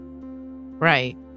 Right